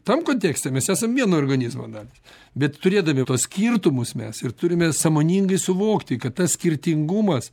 tam kontekste mes esam vieno organizmo dalys bet turėdami tuos skirtumus mes ir turime sąmoningai suvokti kad tas skirtingumas